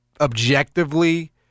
objectively